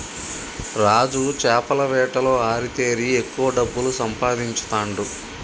రాజు చేపల వేటలో ఆరితేరి ఎక్కువ డబ్బులు సంపాదించుతాండు